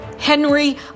Henry